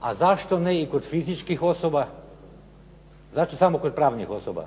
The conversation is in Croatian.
a zašto ne i kod fizičkih osoba? Znači samo kod pravnih osoba?